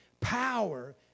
power